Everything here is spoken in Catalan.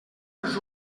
els